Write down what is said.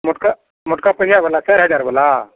मोटका मोटका पहिआ बला चारि हजार बला